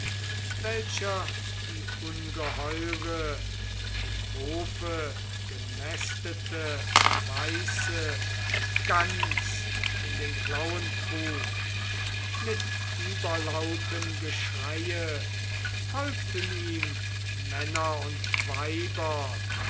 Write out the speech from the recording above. welcher die ungeheure im hofe gemästete weiße gans in den klauen trug mit überlautem geschreie folgten ihm männer und weiber